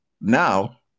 Now